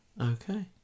Okay